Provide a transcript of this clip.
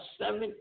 seven